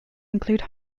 include